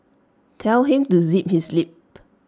tell him to zip his lip